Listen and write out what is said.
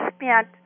spent